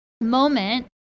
moment